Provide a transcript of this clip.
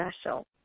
special